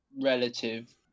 relative